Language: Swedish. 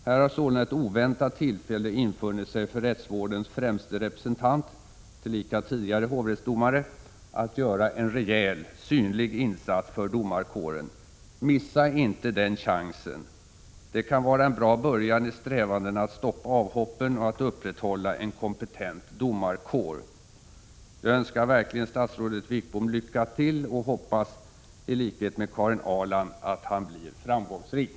Här har sålunda ett oväntat tillfälle infunnit sig för rättsvårdens främste representant, tillika tidigare hovrättsdomare, att göra en rejäl, synlig insats för domarkåren. Missa inte den chansen! Det kan vara en bra början i strävandena att stoppa avhoppen och att upprätthålla en kompetent domarkår. Jag önskar verkligen statsrådet Wickbom lycka till och hoppas i likhet med Karin Ahrland att han blir framgångsrik.